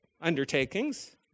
undertakings